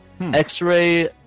X-Ray